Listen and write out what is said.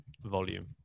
volume